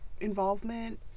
involvement